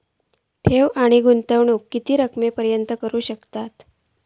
ठेव आणि गुंतवणूकी किती रकमेपर्यंत करू शकतव?